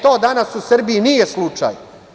To danas u Srbiji nije slučaj.